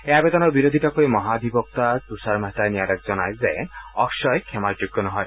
এই আৱেদনৰ বিৰোধিতা কৰি মহাধিবক্তা তুষাৰ মেহতাই ন্যায়ালয়ক জনায় যে অক্ষয় ক্ষমাৰ যোগ্য নহয়